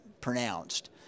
pronounced